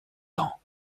temps